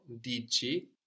dici